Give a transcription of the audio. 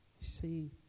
see